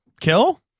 Kill